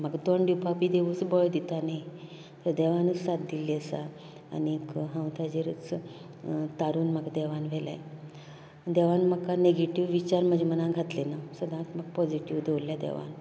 म्हाका तोंड दिवपाक बी देवच बळ दिता न्ही देवानच साथ दिल्ली आसा आनीक हांव ताचेरच तारून म्हाका देवान व्हेलें देवान म्हाका नेगेटिव्ह विचार म्हाजे मनांत घातले ना सदांच म्हाका पोजिटिव्ह दवरलें देवान